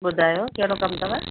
ॿुधायो कहिड़ो कमु अथव